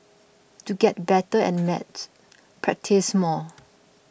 to get better at maths practise more